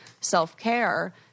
self-care